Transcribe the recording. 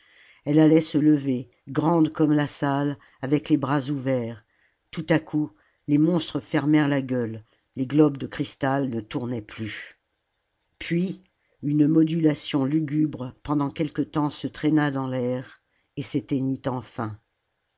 elle allait se lever grande comme la salle avec les bras ouverts tout à coup les monstres fermèrent la gueule les globes de cristal ne tournaient plus puis une modulation lugubre pendant quelque temps se traîna dans l'air et s'éteignit enfin